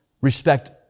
respect